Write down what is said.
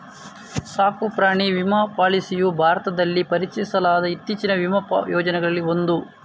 ಸಾಕು ಪ್ರಾಣಿ ವಿಮಾ ಪಾಲಿಸಿಯು ಭಾರತದಲ್ಲಿ ಪರಿಚಯಿಸಲಾದ ಇತ್ತೀಚಿನ ವಿಮಾ ಯೋಜನೆಗಳಲ್ಲಿ ಒಂದು